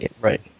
Right